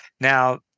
Now